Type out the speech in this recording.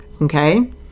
okay